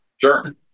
sure